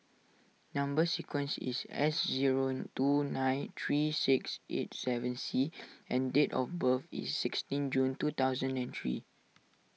Number Sequence is S zero two nine three six eight seven C and date of birth is sixteen June two thousand and three